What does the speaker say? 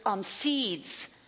seeds